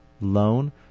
loan